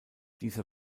dieser